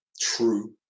true